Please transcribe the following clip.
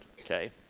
Okay